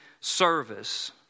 service